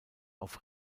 auf